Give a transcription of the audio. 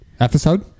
Episode